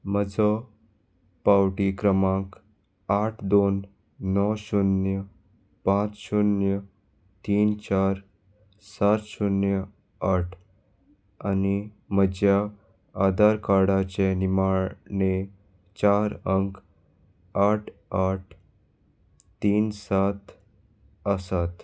म्हजो पावटी क्रमांक आठ दोन णव शुन्य पांच शुन्य तीन चार सात शुन्य आठ आनी म्हज्या आधार कार्डाचे निमाणे चार अंक आठ आठ तीन सात आसात